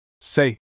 Say